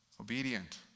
Obedient